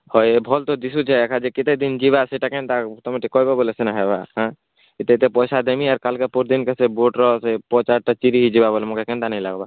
ହଏ ଭଲ୍ ତ ଦିଶୁଛି ଏକା ଯେ କେତେଦିନ୍ ଯିବା ସେଇଟା କେନ୍ତା ତୁମେ ଟିକେ କହିବ ବୋଲେ ସିନା ହେବା ଏଁ ଏତେ ଏତେ ପଇସା ଦେବିଁ ଆର୍ କାଲ୍କେ ପର୍ଦିନ୍କେ ସେ ବୁଟ୍ର ସେ ପଛ୍ ଆଡ଼ଟା ଚିରି ହେଇଯିବା ବୋଲେ କେନ୍ତା ନେଇ ଲାଗ୍ବା